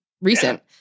recent